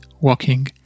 walking